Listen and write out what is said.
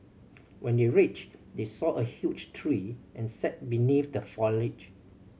when they reach they saw a huge tree and sat beneath the foliage